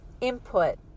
input